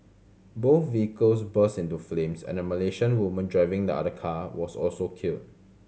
both vehicles burst into flames and a Malaysian woman driving the other car was also killed